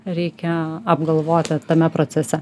reikia apgalvoti tame procese